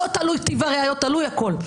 לא תלוי טיב הראיות, תלוי הכול.